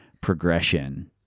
progression